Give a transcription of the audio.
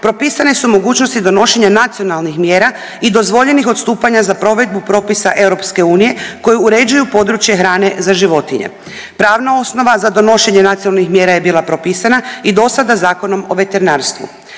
propisane su mogućnosti donošenja nacionalnih mjera i dozvoljenih odstupanja za provedbu propisa EU koji uređuju područje hrane za životinje. Pravna osnova za donošenje nacionalnih mjera je bila propisana i dosada Zakonom o veterinarstvu.